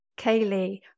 Kaylee